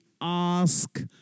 ask